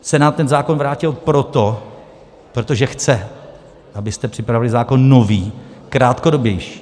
Senát ten zákon vrátil proto, že chce, abyste připravili zákon nový, krátkodobější.